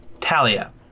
Talia